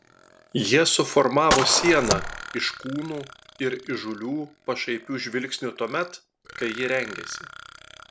jie suformavo sieną iš kūnų ir įžūlių pašaipių žvilgsnių tuomet kai ji rengėsi